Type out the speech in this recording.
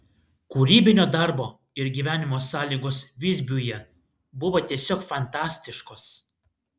kūrybinio darbo ir gyvenimo sąlygos visbiuje buvo tiesiog fantastiškos